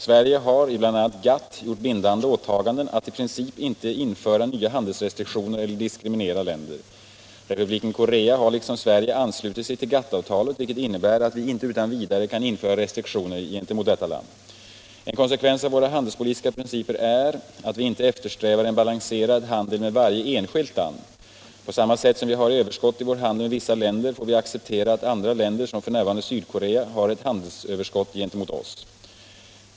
Sverige har i bl.a. GATT gjort bindande åtaganden att i princip inte införa nya handelsrestriktioner eller diskriminera länder. Republiken Korea har liksom Sverige anslutit sig till GATT-avtalet, vilket innebär att vi inte utan vidare kan införa restriktioner gentemot detta land. En konsekvens av våra handelspolitiska principer är att vi inte eftersträvar en balanserad handel med varje enskilt land. På samma sätt som vi har överskott i vår handel med vissa länder får vi acceptera att andra länder, som f. n. Sydkorea, har ett handelsöverskott gentemot oss.